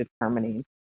determining